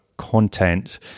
content